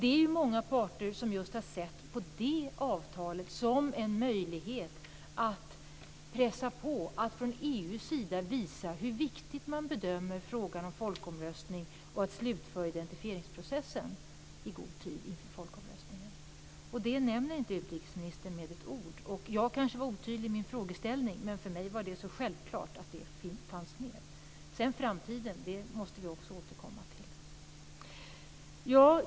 Det är många som har sett just det här avtalet som en möjlighet att pressa på för att EU ska visa hur viktig man bedömer frågan om folkomröstning vara och slutföra identifieringsprocessen i god tid inför folkomröstningen. Det nämner inte utrikesministern med ett ord. Jag kanske var otydlig i min frågeställning, men för mig var det så självklart att det fanns med. Framtiden måste vi också återkomma till.